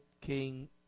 King